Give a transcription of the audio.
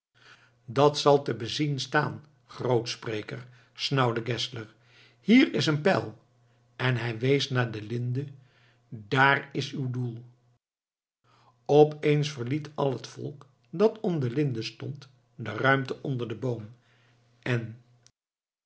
dat zal te bezien staan grootspreker snauwde geszler hier is een pijl en hij wees naar de linde daar is uw doel opeens verliet al het volk dat om de linde stond de ruimte onder den boom en